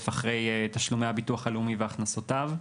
אחרי תשלומי הביטוח הלאומי והכנסותיו.